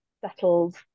settled